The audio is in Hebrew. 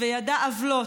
וידע עוולות,